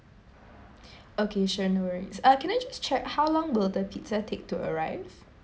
okay sure worries uh can I just check how long will the pizza take to arrive